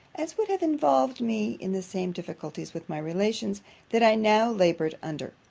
as would have involved me in the same difficulties with my relations that i now laboured under.